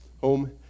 home